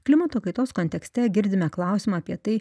klimato kaitos kontekste girdime klausimą apie tai